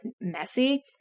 messy